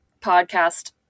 podcast